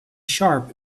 sharp